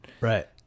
Right